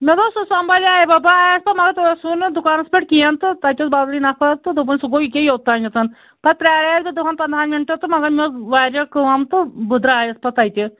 مےٚ دوٚپ سُہ سمبٲلیاوا بہٕ آیاسو مگر تُہۍ اوسوٕ نہٕ دُکانس پٮ۪ٹھ کیٚنٛہہ تہٕ تَتہِ اوس بدلٕے نفر تہٕ دوٚپُن سُہ گوٚو یوٚتانٮ۪تھ پتہٕ پرٛاریس بہٕ دٔہن پنٛدہن منٛٹن تہٕ مگر مےٚ اوس وارِیاہ کٲم تہٕ بہٕ درٛایس پتہٕ تتہِ